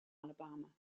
alabama